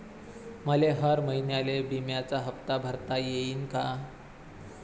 मले हर महिन्याले बिम्याचा हप्ता भरता येईन का?